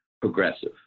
progressive